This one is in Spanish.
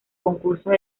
concursos